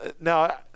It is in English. Now